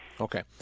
okay